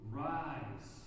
rise